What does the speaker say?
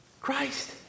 Christ